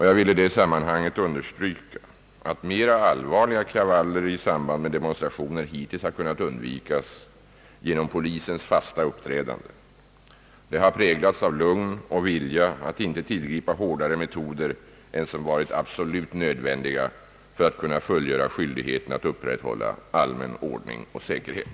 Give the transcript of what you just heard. Jag vill i det sammanhanget understryka att mera allvarliga kravaller i samband med demonstrationer hittills har kunnat undvikas genom polisens fasta uppträdande. Det har präglats av lugn och vilja att inte tillgripa hårdare metoder än som varit absolut nödvändiga för att fullgöra skyldigheten att upprätthålla allmän ordning och säkerhet.